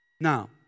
Now